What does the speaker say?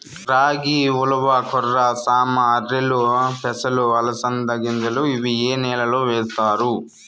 రాగి, ఉలవ, కొర్ర, సామ, ఆర్కెలు, పెసలు, అలసంద గింజలు ఇవి ఏ నెలలో వేస్తారు?